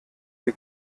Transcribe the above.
ihr